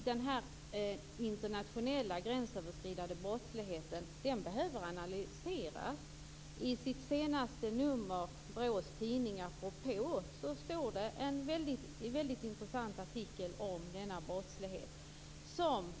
Den internationella gränsöverskridande brottsligheten behöver analyseras. I det senaste numret av BRÅ:s tidning Apropå står det en mycket intressant artikel om denna brottslighet.